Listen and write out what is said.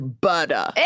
butter